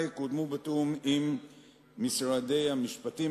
יקודמו בהמשך בתיאום עם משרדי המשפטים,